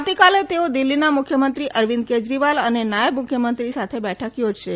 આવતીકાલે તેઓ દિલ્ફીના મુખ્યમંત્રી અરવિંદ કેજરીવાલ અને નાયબ મુખ્યમંત્રી સાથે બેઠક યોજશે